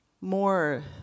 more